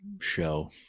show